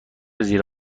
زیر